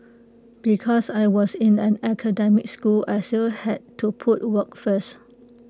because I was in an academic school I still had to put work first